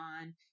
on